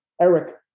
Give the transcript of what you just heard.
Eric